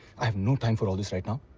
i've no time for all this right now.